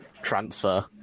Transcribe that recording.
transfer